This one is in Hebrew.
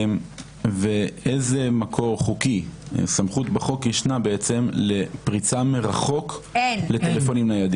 ואיזו סמכות בחוק ישנה בעצם לפריצה מרחוק לטלפונים ניידים.